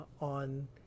on